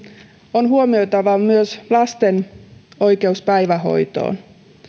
on huomioitava myös lasten oikeus päivähoitoon